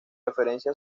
referencia